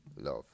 love